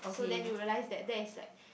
so then you realise that that is like